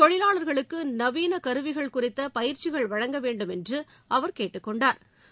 தொழிலாளா்களுக்கு நவீன கருவிகள் குறித்த பயிற்சிகள் வழங்கவேண்டும் என்று அவா் கேட்டுக்கொண்டாா்